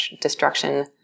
destruction